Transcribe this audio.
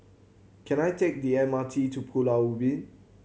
can I take the M R T to Pulau Ubin